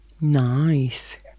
Nice